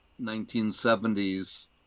1970s